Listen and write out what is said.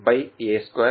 e